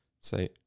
say